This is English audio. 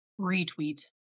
Retweet